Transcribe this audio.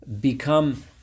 become